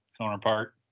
counterpart